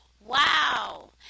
Wow